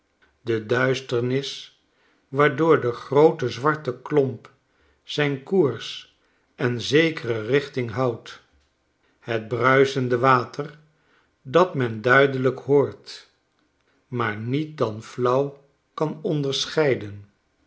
de duisternis waardoor de groote zwarte klomp zijn koers en zekere richting houdt het bruisende water dat men duidelijk hoort maar niet dan flauw kan onderscheiden